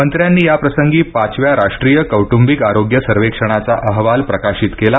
मंत्र्यांनी याप्रसंगी पाचव्या राष्ट्रीय कौटुंबिक आरोग्य सर्वेक्षणाचा अहवाल प्रकाशित केला